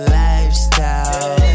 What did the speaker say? lifestyle